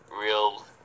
real